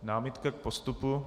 Námitka k postupu?